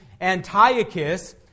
Antiochus